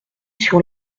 sur